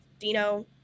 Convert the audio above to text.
Dino